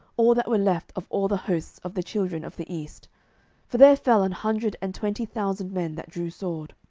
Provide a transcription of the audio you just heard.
all that were left of all the hosts of the children of the east for there fell an hundred and twenty thousand men that drew sword.